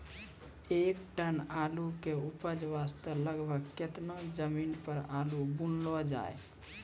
एक टन आलू के उपज वास्ते लगभग केतना जमीन पर आलू बुनलो जाय?